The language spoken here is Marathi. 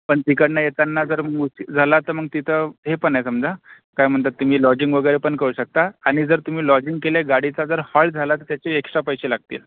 पण तिकडनं येताना जर उशीर झाला तर मग तिथं हे पण आहे समजा काय म्हणतात त तुम्ही लॉजिंग वगैरे पण करू शकता आणि जर तुम्ही लॉजिंग केले गाडीचा जर हॉल्ट झाला तर त्याचे एक्स्ट्रा पैसे लागतील